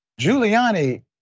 Giuliani